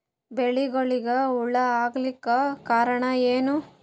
ಬೆಳಿಗೊಳಿಗ ಹುಳ ಆಲಕ್ಕ ಕಾರಣಯೇನು?